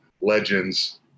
legends